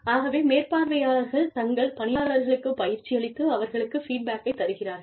ஆகவே மேற்பார்வையாளர்கள் தங்கள் பணியாளர்களுக்கு பயிற்சி அளித்து அவர்களுக்கு ஃபீட்பேக்கை தருகிறார்கள்